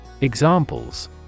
Examples